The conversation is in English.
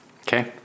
Okay